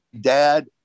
dad